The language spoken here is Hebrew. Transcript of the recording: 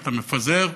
אתה מפזר,